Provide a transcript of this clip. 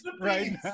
right